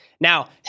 Now